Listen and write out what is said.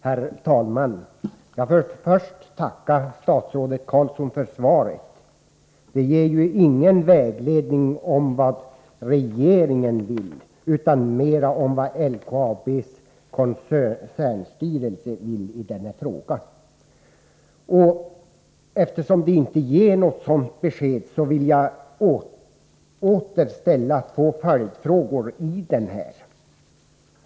Herr talman! Först tackar jag statsrådet Carlsson för svaret. Det ger ingen upplysning om vad regeringen vill, utan mer om vad LKAB:s koncernstyrelse vill i denna fråga. Eftersom svaret inte ger något sådant besked, vill jag ställa två följdfrågor: 1.